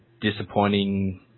disappointing